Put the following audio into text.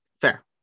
Fair